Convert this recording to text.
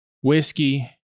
whiskey